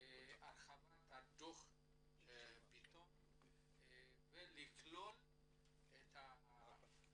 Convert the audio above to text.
הרחבת דוח ביטון ולכלול את המורשת